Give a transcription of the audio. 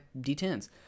D10s